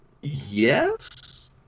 yes